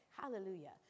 Hallelujah